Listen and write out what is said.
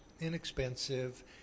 inexpensive